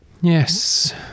Yes